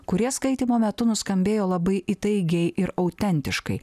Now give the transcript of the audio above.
kurie skaitymo metu nuskambėjo labai įtaigiai ir autentiškai